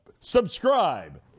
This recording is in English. Subscribe